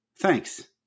thanks